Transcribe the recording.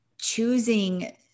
choosing